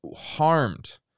harmed